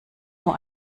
nur